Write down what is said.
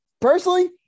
personally